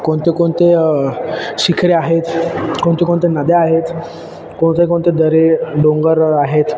कोणते कोणते शिखरे आहेत कोणते कोणते नद्या आहेत कोणते कोणते दऱ्या डोंगर आहेत